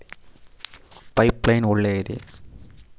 Pipe line ಒಳ್ಳೆಯದೇ?